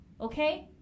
okay